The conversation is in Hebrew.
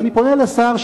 אז אני פונה לשר,